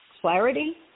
clarity